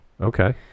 Okay